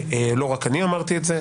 לא רק אני אמרתי את זה,